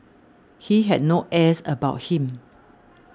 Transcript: he had no airs about him